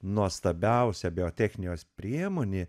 nuostabiausia biotechnijos priemonė